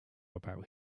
about